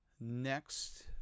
Next